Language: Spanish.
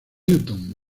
newton